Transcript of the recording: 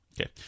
okay